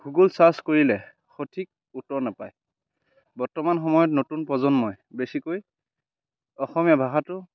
Google search কৰিলে সঠিক উত্তৰ নাপায় বৰ্তমান সময়ত নতুন প্ৰজন্মই বেছিকৈ অসমীয়া ভাষাটো